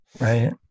right